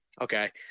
Okay